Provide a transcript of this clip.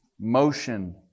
motion